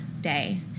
Day